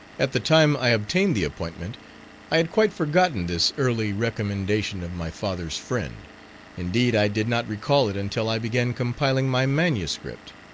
at the time i obtained the appointment i had quite forgotten this early recommendation of my father's friend indeed, i did not recall it until i began compiling my manuscript.